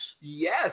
Yes